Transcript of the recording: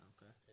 Okay